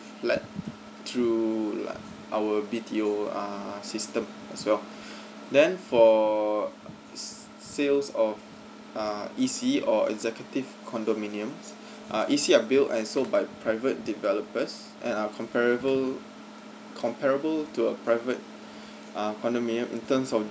flat through Iike our B_T_O err system as well then for s~ sales of err E_C or executive condominiums uh E_C are built and sold by private developers and are comparable comparable to a private uh condominium in terms of